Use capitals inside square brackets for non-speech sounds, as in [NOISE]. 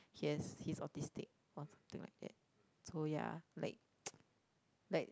yes he's autistic or something like that so yeah like [NOISE] like